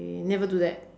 okay never do that